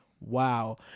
Wow